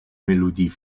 melodie